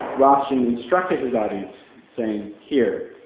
rothstein instructed his audience, saying here,